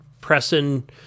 pressing